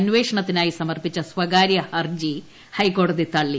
അന്വേഷണത്തിനായി സമർപ്പിച്ച സ്വകാര്യ ഹർജി ഹൈക്കോടതി തള്ളി